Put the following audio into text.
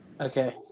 Okay